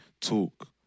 talk